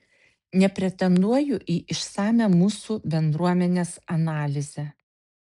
nepretenduoju į išsamią mūsų bendruomenės analizę